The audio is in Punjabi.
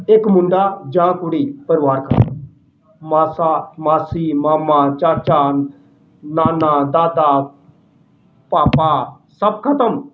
ਇੱਕ ਮੁੰਡਾ ਜਾਂ ਕੁੜੀ ਪਰਿਵਾਰ ਮਾਸਾ ਮਾਸੀ ਮਾਮਾ ਚਾਚਾ ਨਾਨਾ ਦਾਦਾ ਪਾਪਾ ਸਭ ਖ਼ਤਮ